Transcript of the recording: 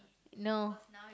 no